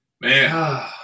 Man